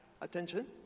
attention